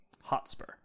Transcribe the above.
Hotspur